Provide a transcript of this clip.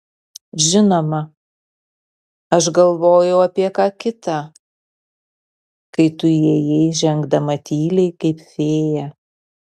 žinoma aš galvojau apie ką kita kai tu įėjai žengdama tyliai kaip fėja